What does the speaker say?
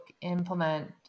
implement